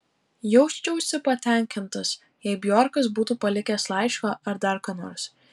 jausčiausi patenkintas jei bjorkas būtų palikęs laišką ar dar ką nors